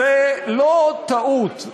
זאת לא טעות,